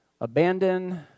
Abandon